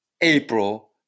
April